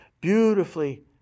beautifully